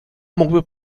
mógłby